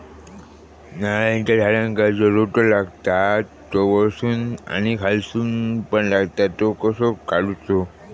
नारळाच्या झाडांका जो रोटो लागता तो वर्सून आणि खालसून पण लागता तो कसो काडूचो?